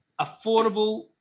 affordable